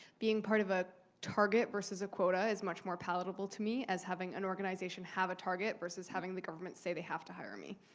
being part of a target versus a quota is much more palatable to me, as having an organization have a target versus having the government say they have to hire me.